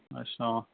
ਅੱਛਾ